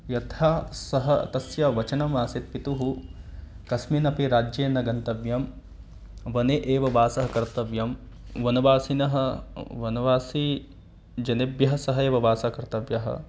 व्यर्थः सः तस्य वचनम् आसीत् पितुः कस्मिन्नपि राज्ये न गन्तव्यं वने एव वासः कर्तव्यं वनवासिनः वनवासी जनेभ्यः सह एव वासः कर्तव्यः